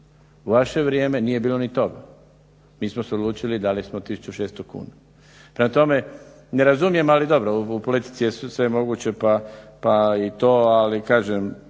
u vaše vrijeme nije bilo ni toga. Mi smo se odlučili i dali smo 1600 kuna. Prema tome, ne razumijem ali dobro u politici je sve moguće pa i to. Ali kažem